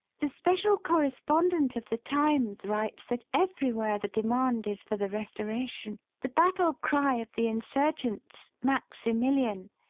the special correspondent of the times writes that everywhere the demand is for the restoration, the battle cry of the insurgents maximilian!